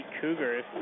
Cougars